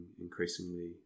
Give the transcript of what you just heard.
increasingly